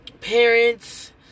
parents